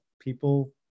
People